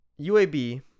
UAB